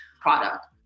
product